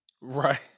right